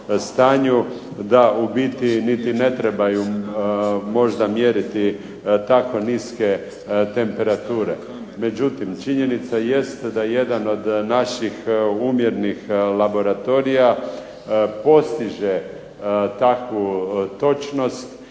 da u biti niti ne trebaju možda mjeriti tako niske temperature. Međutim činjenica jest da jedan od naših umjernih laboratorija postiže takvu točnost